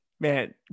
Man